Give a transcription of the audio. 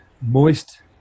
moist